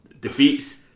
defeats